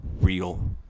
real